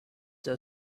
have